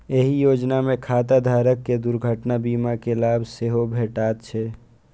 एहि योजना मे खाता धारक कें दुर्घटना बीमा के लाभ सेहो भेटै छै